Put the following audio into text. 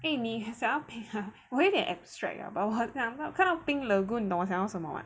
eh 你想要我有点 abstract liao but 我很想看到 pink lagoon 你懂我想到什么 mah